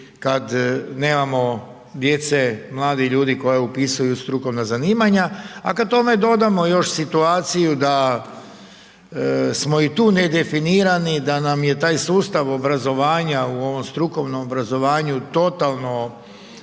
kad nemamo djece, mladih ljudi koji upisuju strukovna zanimanja. A kad tome dodamo još situaciju da smo i tu nedefinirani, da nam je taj sustav obrazovanja u ovom strukovnom obrazovanju totalno